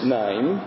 name